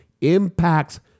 impacts